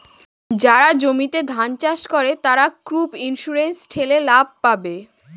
যারা জমিতে ধান চাষ করে, তারা ক্রপ ইন্সুরেন্স ঠেলে লাভ পাবে